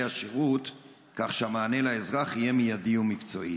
השירות כך שהמענה לאזרח יהיה מיידי ומקצועי?